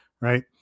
right